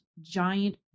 giant